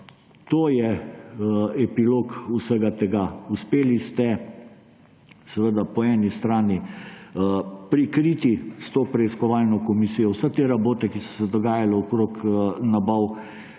To je epilog vsega tega. Uspeli ste seveda po eni strani prikriti s to preiskovalno komisijo vse te rabote, ki so se dogajale okoli nabav